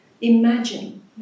imagine